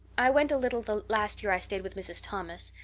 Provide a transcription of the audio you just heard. i went a little the last year i stayed with mrs. thomas.